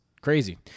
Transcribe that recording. crazy